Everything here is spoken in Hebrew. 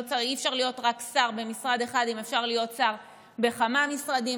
אי-אפשר להיות רק שר במשרד אחד אם אפשר להיות שר בכמה משרדים.